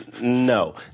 No